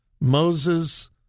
Moses